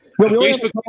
Facebook